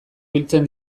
biltzen